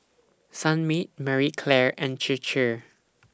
Sunmaid Marie Claire and Chir Chir